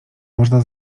można